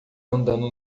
andando